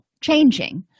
changing